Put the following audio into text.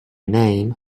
name